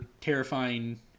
terrifying